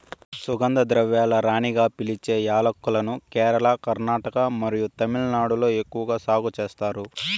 సుగంధ ద్రవ్యాల రాణిగా పిలిచే యాలక్కులను కేరళ, కర్ణాటక మరియు తమిళనాడులో ఎక్కువగా సాగు చేస్తారు